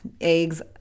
eggs